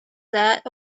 that